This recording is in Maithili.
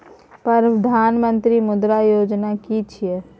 प्रधानमंत्री मुद्रा योजना कि छिए?